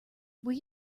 will